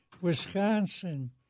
Wisconsin